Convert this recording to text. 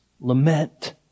Lament